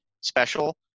special